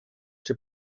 czy